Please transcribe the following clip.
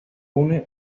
une